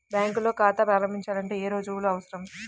బ్యాంకులో ఖాతా ప్రారంభించాలంటే ఏ రుజువులు అవసరం?